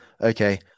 okay